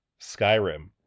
Skyrim